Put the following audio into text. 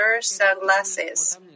sunglasses